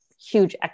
huge